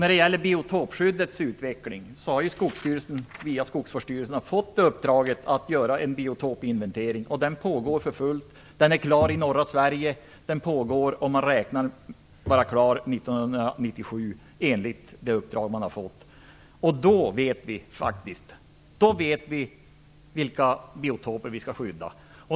När det gäller biotopskyddets utveckling har Skogsstyrelsen via Skogsvårdsstyrelserna fått i uppdrag att göra en biotopinventering. Den pågår för fullt. Den är klar i norra Sverige, och den beräknas vara klar 1997. Då vet vi vilka biotoper som skall skyddas.